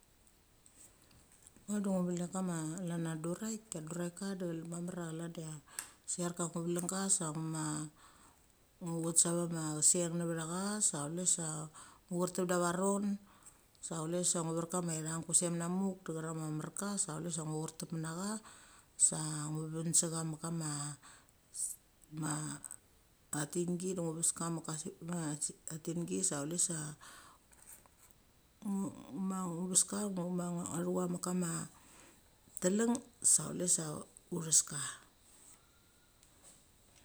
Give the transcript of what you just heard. Ngo de ngu velek kama chlah cha duran da duraka de mamor cha chlan cha ser ka ngu velenga sa ugu mo ngo chut sa va ma cheseng ne vecha sa chule sa ngu cherteps daveron sa chule sa ngu ver kama thang kusem na muk de cherang mamarka sa chule sa ngu chertep mencecha, sa ngu ven sa mek kama a tingi sa chule sa uma uthes ka de ngo thu cha mek kama teleng sa chule sa uthes ka.